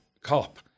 cop